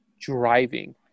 driving